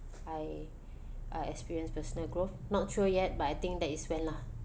I I experience personal growth not sure yet but I think that is when lah